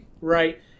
Right